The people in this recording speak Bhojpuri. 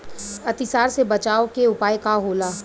अतिसार से बचाव के उपाय का होला?